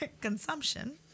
consumption